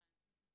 הבנתי.